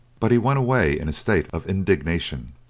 but he went away in a state of indignation.